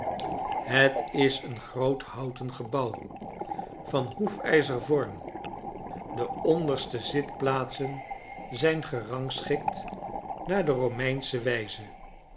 het is een groot houten gebouw van hoefijzer vorm de onderste zitplaatsen zijn gerangschikt naar de romeinsche wijze